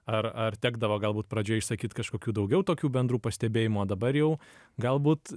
ar ar tekdavo galbūt pradžioj išsakyt kažkokių daugiau tokių bendrų pastebėjimų o dabar jau galbūt